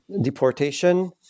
deportation